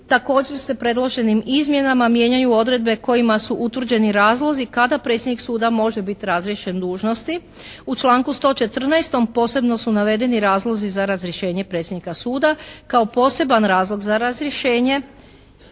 Također se predloženim izmjenama mijenjaju odredbe kojima su utvrđeni razlozi kada predsjednik suda može biti razriješen dužnosti. U članku 114. posebno su navedeni razlozi za razrjeđenje predsjednika suda. Kao poseban razlog za razrješenje